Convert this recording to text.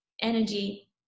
energy